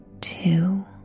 Two